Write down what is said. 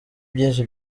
byinshi